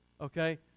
okay